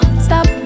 stop